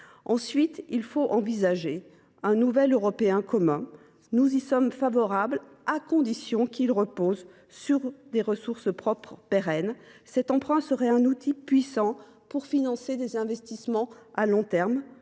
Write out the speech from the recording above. Ensuite, il faut envisager un nouvel emprunt européen commun. Nous y sommes favorables, à condition qu’il repose sur des ressources propres pérennes. Cet emprunt serait un outil puissant pour financer des investissements à long terme